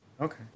Okay